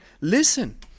listen